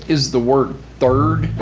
is the word third,